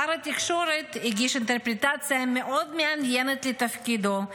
שר התקשורת הגיש אינטרפרטציה מאוד מעניינת לתפקידו,